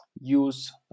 use